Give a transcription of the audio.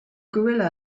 gorilla